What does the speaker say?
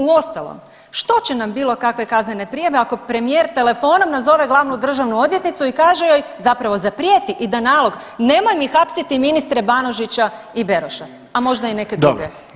Uostalom, što će nam bilo kakve kaznene prijave ako premijer telefonom nazove glavnu državnu odvjetnicu i kaže joj, zapravo zaprijeti i da nalog, nemoj mi hapsiti ministre Banožića i Beroša, a možda i neke druge.